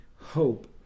hope